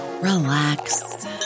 relax